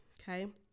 okay